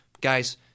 Guys